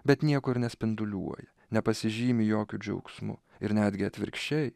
bet nieko ir nespinduliuoja nepasižymi jokiu džiaugsmu ir netgi atvirkščiai